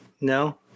No